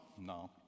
No